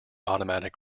automatic